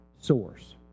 source